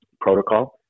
protocol